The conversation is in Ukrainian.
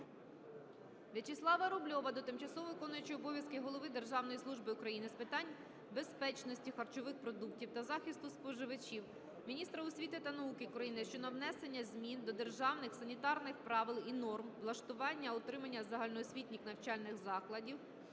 В'ячеслава Рубльова до тимчасово виконуючої обов'язки голови Державної служби України з питань безпечності харчових продуктів та захисту споживачів, міністра освіти та науки України щодо внесення змін до Державних санітарних правил і норм влаштування, утримання загальноосвітніх навчальних закладів